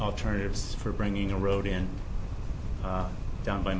alternatives for bringing a road in down by